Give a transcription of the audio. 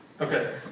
Okay